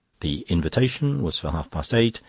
the invitation was for half-past eight,